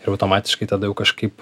ir automatiškai tada jau kažkaip